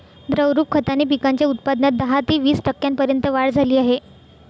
द्रवरूप खताने पिकांच्या उत्पादनात दहा ते वीस टक्क्यांपर्यंत वाढ झाली आहे